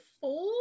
four